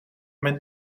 mijn